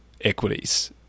equities